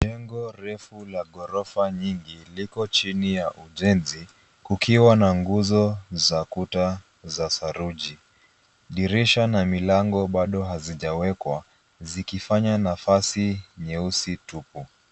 Jengo refu la ghorofa nyingi, liko chini ya ujenzi, kukiwa na nguzo za kuta za saruji. Dirisha na milango bado hazijawekwa, zikifanya nafasi nyeusi tupu.